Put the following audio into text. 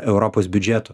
europos biudžeto